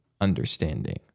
understanding